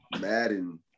Madden